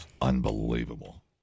Unbelievable